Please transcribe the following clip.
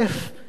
אין ריח.